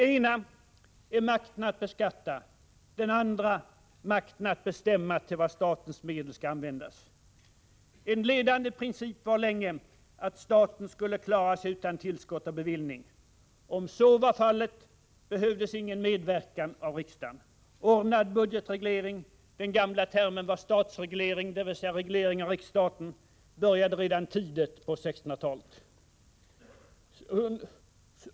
En är makten att beskatta, den andra makten att bestämma till vad statens medel skall användas. Riksdagen och finansmakten i ett historiskt perspektiv makten i ett historiskt perspektiv En ledande princip var länge att staten skulle klara sig utan tillskott av bevillning. Om så var fallet behövdes ingen medverkan av riksdagen. Ordnad budgetreglering, den gamla termen var statsreglering, dvs. reglering av riksstaten, började redan tidigt på 1600-talet.